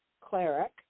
cleric